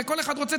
הרי כל אחד רוצה,